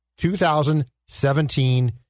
2017